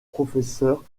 professeure